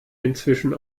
inzwischen